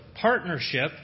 partnership